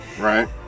Right